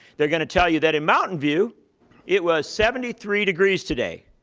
they're going to tell you that in mountain view it was seventy three degrees today.